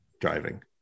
driving